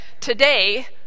today